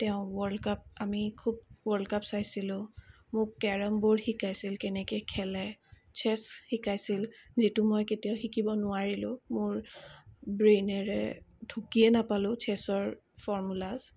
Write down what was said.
তেওঁ world cup আমি খুব ৱৰ্ল্ড কাপ চাইছিলোঁ মোক কেৰম বৰ্ড শিকাইছিল কেনেকৈ খেলে চেছ শিকাইছিল যিটো মই কেতিয়াও শিকিব নোৱাৰিলোঁ মোৰ ব্ৰেইনেৰে ঢুকিয়ে নাপালোঁ চেছৰ ফৰ্মুলাজ